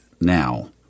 now